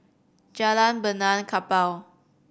Jalan Benaan Kapal